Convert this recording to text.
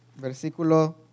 Versículo